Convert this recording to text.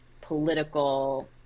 political